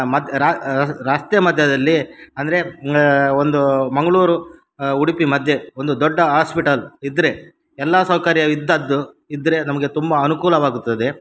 ಮತ್ತು ರಸ್ತೆ ಮಧ್ಯದಲ್ಲಿ ಅಂದರೆ ಒಂದು ಮಂಗಳೂರು ಉಡುಪಿ ಮಧ್ಯೆ ಒಂದು ದೊಡ್ಡ ಆಸ್ಪಿಟಲ್ ಇದ್ದರೆ ಎಲ್ಲ ಸೌಕರ್ಯ ಇದ್ದಿದ್ದು ಇದ್ದರೆ ನಮಗೆ ತುಂಬ ಅನುಕೂಲವಾಗುತ್ತದೆ